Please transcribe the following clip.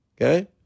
Okay